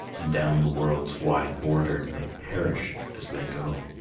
and down the world's wide border they perish as they go.